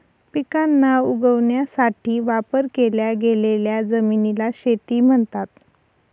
पिकांना उगवण्यासाठी वापर केल्या गेलेल्या जमिनीला शेती म्हणतात